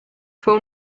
fue